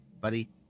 buddy